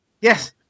Yes